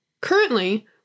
Currently